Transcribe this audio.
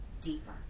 deeper